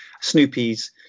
Snoopy's